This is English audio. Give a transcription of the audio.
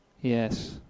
Yes